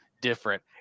different